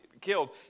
killed